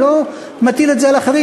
אני לא מטיל את זה על אחרים,